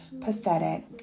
pathetic